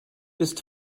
ist